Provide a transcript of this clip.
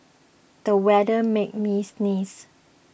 the weather made me sneeze